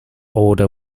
order